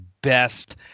best